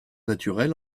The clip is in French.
naturels